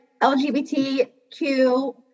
LGBTQ